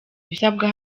ibisabwa